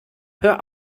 hör